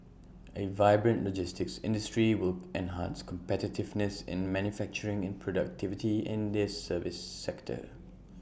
A vibrant logistics industry will enhance competitiveness in manufacturing and productivity in the service sector